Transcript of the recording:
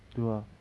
tu ah